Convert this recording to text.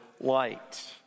light